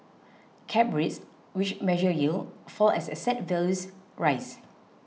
cap rates which measure yield fall as asset values rise